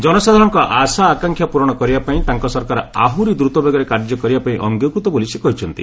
ଜନସାଧାରଣଙ୍କ ଆଶା ଆକାଂକ୍ଷା ପ୍ରରଣ କରିବା ପାଇଁ ତାଙ୍କ ସରକାର ଆହୁରି ଦ୍ରତବେଗରେ କାର୍ଯ୍ୟ କରିବା ପାଇଁ ଅଙ୍ଗୀକୃତ ବୋଲି ସେ କହିଛନ୍ତି